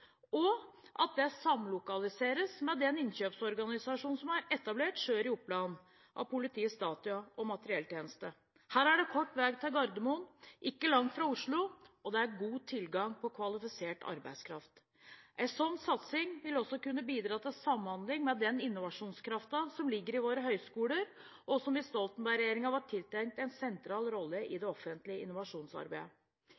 og at dette samlokaliseres med den innkjøpsorganisasjonen som er etablert sør i Oppland av Politiets data- og materielltjeneste. Her er det kort vei til Gardermoen, det er ikke langt fra Oslo, og det er god tilgang på kvalifisert arbeidskraft. En sånn satsing vil også kunne bidra til samhandling med den innovasjonskraften som ligger i våre høyskoler, og som under Stoltenberg-regjeringen var tiltenkt en sentral rolle i det